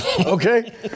Okay